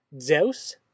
Zeus